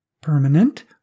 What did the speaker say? permanent